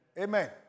Amen